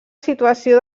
situació